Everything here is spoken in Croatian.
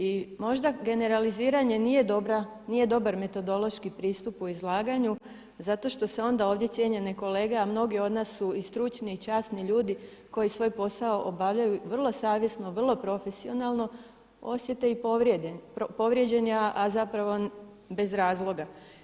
I možda generaliziranje nije dobar metodološki pristup u izlaganju zato što se onda ovdje cijenjene kolege, a mnogi od nas su i stručni i časni ljudi koji svoj posao obavljaju vrlo savjesno, vrlo profesionalno osjete i povrijeđeni a zapravo bez razloga.